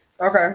Okay